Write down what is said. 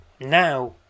now